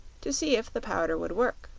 to see if the powder would work.